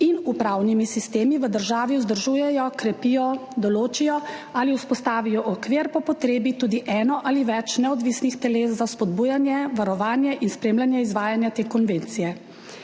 in upravnimi sistemi v državi vzdržujejo, krepijo, določijo ali vzpostavijo okvir, po potrebi tudi eno ali več neodvisnih teles za spodbujanje, varovanje in spremljanje izvajanja te konvencije.